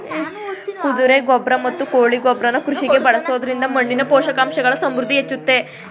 ಕುದುರೆ ಗೊಬ್ರ ಮತ್ತು ಕೋಳಿ ಗೊಬ್ರನ ಕೃಷಿಗೆ ಬಳಸೊದ್ರಿಂದ ಮಣ್ಣಿನ ಪೋಷಕಾಂಶಗಳ ಸಮೃದ್ಧಿ ಹೆಚ್ಚುತ್ತೆ